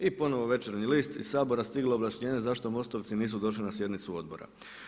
I ponovno „Večernji list“ iz Sabora stiglo objašnjenje zašto MOST-ovci nisu došli na sjednicu Odbora.